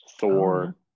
Thor